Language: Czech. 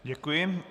Děkuji.